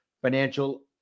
financial